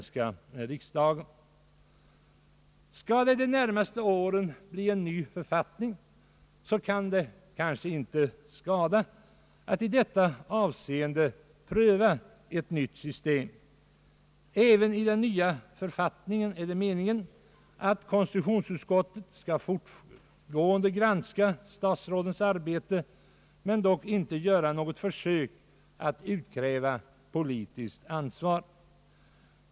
Skulle det under de närmaste åren bli en ny författning, skulle det kanske inte skada att i detta avseende pröva ett nytt system. Även i den nya författningen är det meningen att konstitutionsutskottet fortgående skall granska statsrådens arbete men dock inte göra något försök att utkräva politiskt ansvar.